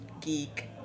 geek